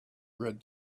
read